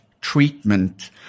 treatment